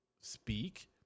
speak